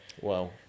Wow